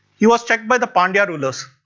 he was checked by the pandya rulers.